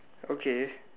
okay